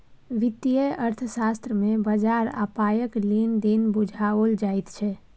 वित्तीय अर्थशास्त्र मे बजार आ पायक लेन देन बुझाओल जाइत छै